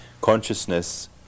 consciousness